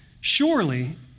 Surely